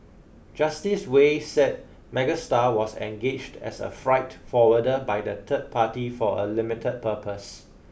justice Wei said Megastar was engaged as a freight forwarder by the third party for a limited purpose